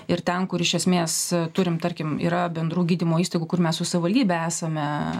ir ten kur iš esmės turim tarkim yra bendrų gydymo įstaigų kur mes su savivaldybe esame